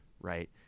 right